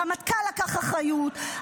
הרמטכ"ל לקח אחריות,